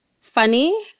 funny